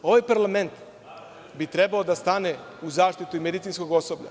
Ovaj parlament bi trebao da stane u zaštitu medicinskog osoblja.